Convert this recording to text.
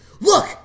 Look